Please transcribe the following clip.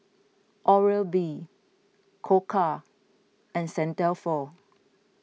Oral B Koka and Saint Dalfour